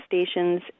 stations